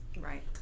Right